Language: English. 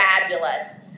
fabulous